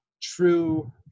true